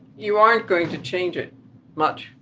you aren't going to change it much.